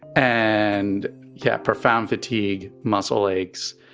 and yet profound fatigue, muscle aches.